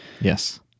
Yes